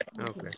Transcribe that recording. Okay